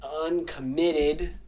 uncommitted